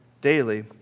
daily